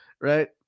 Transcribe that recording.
right